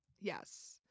yes